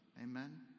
Amen